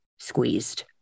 squeezed